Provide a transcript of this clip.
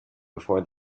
before